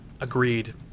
Agreed